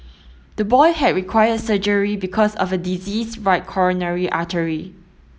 the boy had required surgery because of a diseased right coronary artery